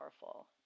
powerful